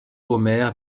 omer